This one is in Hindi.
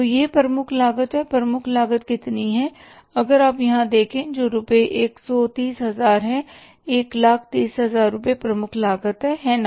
तो यह प्रमुख लागत है प्रमुख लागत कितनी है अगर आप यहां देखें कि जो रुपए एक सौ तीस हज़ार है 130000 रुपये प्रमुख लागत है है ना